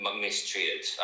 mistreated